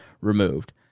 removed